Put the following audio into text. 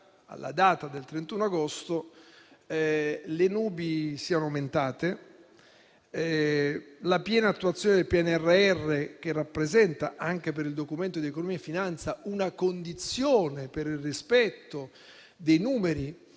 alla data del 31 agosto, le nubi siano aumentate e la piena attuazione del PNRR, che rappresenta anche per il Documento di economia e finanza una condizione per il rispetto dei numeri